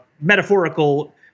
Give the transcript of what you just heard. metaphorical